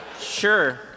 sure